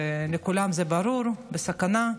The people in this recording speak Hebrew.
לכולם זה ברור, בסכנה.